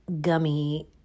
gummy